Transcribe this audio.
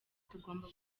tugomba